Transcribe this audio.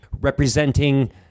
representing